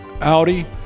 Audi